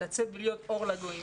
לצאת ולהיות אור לגויים.